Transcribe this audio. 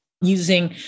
using